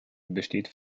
besteht